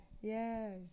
Yes